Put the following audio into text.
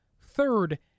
third